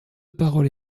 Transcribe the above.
parole